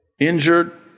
Injured